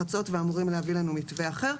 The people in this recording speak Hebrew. בחצות ואמורים להביא לנו מתווה אחר.